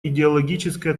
идеологическая